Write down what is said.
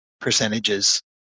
percentages